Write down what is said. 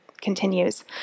continues